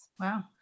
Wow